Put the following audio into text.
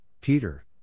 Peter